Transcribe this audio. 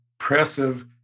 impressive